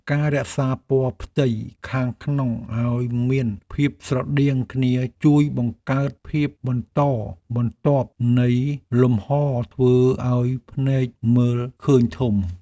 ការរក្សាពណ៌ផ្ទៃខាងក្នុងឱ្យមានភាពស្រដៀងគ្នាជួយបង្កើតភាពបន្តបន្ទាប់នៃលំហរធ្វើឱ្យភ្នែកមើលឃើញធំ។